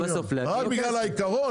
רק בגלל העיקרון?